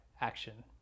action